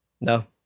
No